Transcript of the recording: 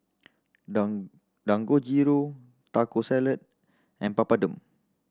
Dangojiru Taco Salad and Papadum